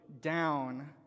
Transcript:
down